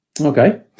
okay